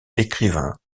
écrivains